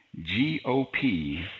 GOP